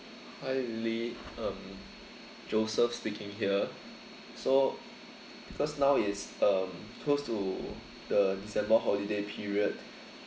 hi lily um joseph speaking here so because now is um close to the december holiday period